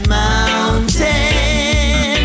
mountain